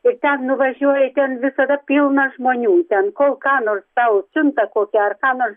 ir ten nuvažiuoji ten visada pilna žmonių ten kol ką nors sau siuntą tai ar ką nors